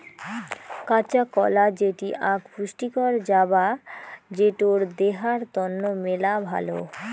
কাঁচা কলা যেটি আক পুষ্টিকর জাবা যেটো দেহার তন্ন মেলা ভালো